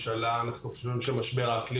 אנחנו מציעים הגדלת היקף מתקנים